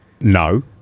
No